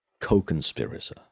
co-conspirator